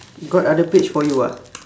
got other page for you ah